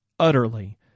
Utterly